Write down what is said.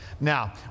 Now